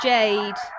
Jade